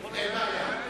אין בעיה.